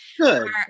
good